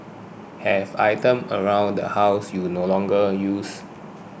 have items around the house you no longer use